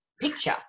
picture